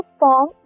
form